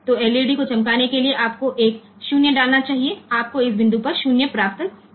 तो एलईडी को चमकाने के लिए आपको एक 0 डालना चाहिए आपको इस बिंदु पर 0 प्राप्त करना चाहिए